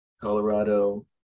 Colorado